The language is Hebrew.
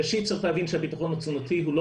ראשית צריך להבין שהביטחון התזונתי הוא לא